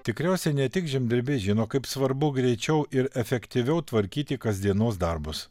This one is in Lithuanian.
tikriausiai ne tik žemdirbiai žino kaip svarbu greičiau ir efektyviau tvarkyti kasdienos darbus